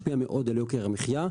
משפיע מאוד על יוקר המחייה,